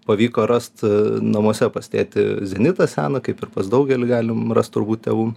pavyko rast namuose pas tėtį zenitą seną kaip ir pas daugelį galim rast turbūt tėvų